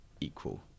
equal